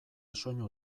soinu